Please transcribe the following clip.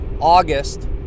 August